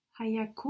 Hayaku